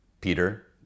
Peter